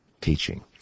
teaching